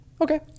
okay